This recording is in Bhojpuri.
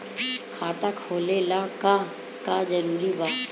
खाता खोले ला का का जरूरी बा?